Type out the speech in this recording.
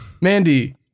Mandy